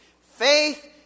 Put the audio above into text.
Faith